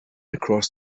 across